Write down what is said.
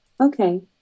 Okay